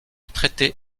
traité